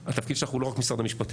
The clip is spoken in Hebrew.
התפקיד שלך הוא לא רק משרד המשפטים.